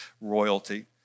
royalty